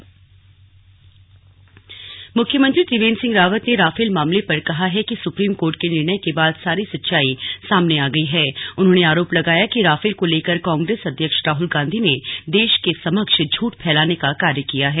slug CM Rafale मुख्यमंत्री त्रिवेन्द्र सिंह रावत ने Rafale मामले पर कहा है कि सुप्रीम कोर्ट के निर्णय के बाद सारी सच्चाई सामने आ गयी है उन्होंने आरोप लगाया कि राफेल को लेकर कांग्रेस अध्यक्ष राहल गांधी ने देश के समक्ष झूठ फैलाने का कार्य किया है